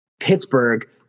Pittsburgh